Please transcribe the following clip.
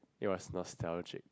it was nostalgic